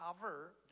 cover